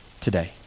today